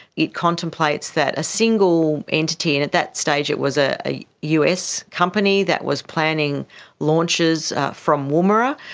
it contemplates that a single entity, and at that stage it was ah a us company that was planning launches from woomera,